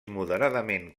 moderadament